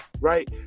right